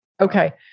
Okay